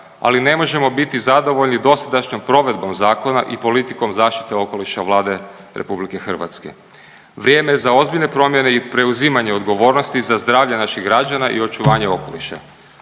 ali ne možemo biti zadovoljni dosadašnjom provedbom zakona i politikom zaštite okoliša Vlade RH. Vrijeme je za ozbiljne promjene i preuzimanje odgovornosti za zdravlje naših građana i očuvanje okoliša.